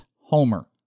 homer